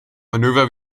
manöver